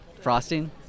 frosting